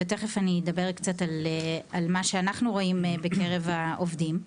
ותכף אני אדבר קצת על מה שאנחנו רואים בקרב העובדים.